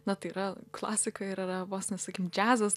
na tai yra klasika ir yra vos ne sakykim džiazas